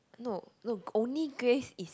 no look only Grace is